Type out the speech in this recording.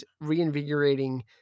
reinvigorating